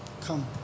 Come